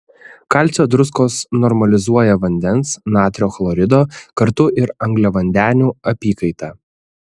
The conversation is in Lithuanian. kalcio druskos normalizuoja vandens natrio chlorido kartu ir angliavandenių apykaitą